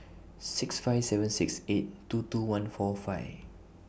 six five seven six eight two two one four five